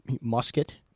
musket